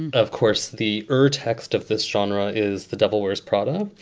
and of course, the urtext of this genre is the devil wears prada.